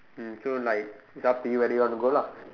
mm so like it's up to you whether you want to go lah